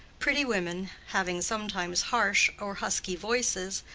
pretty women having sometimes harsh or husky voices,